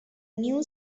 new